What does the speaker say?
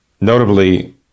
notably